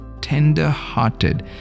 tender-hearted